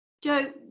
Joe